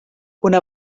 una